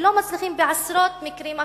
ולא מצליחים בעשרות מקרים אחרים,